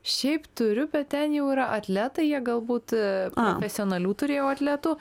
šiaip turiu bet ten jau yra atletai jie galbūt profesionalių turėjau atletų